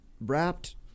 wrapped